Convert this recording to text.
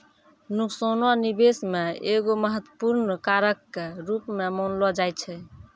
नुकसानो निबेश मे एगो महत्वपूर्ण कारक के रूपो मानलो जाय छै